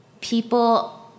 people